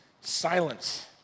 silence